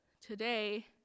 Today